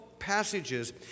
passages